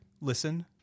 listen